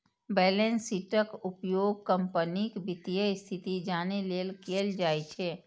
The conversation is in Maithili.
बैलेंस शीटक उपयोग कंपनीक वित्तीय स्थिति जानै लेल कैल जाइ छै